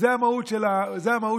זו המהות של הרפורמה.